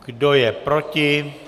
Kdo je proti?